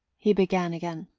he began again,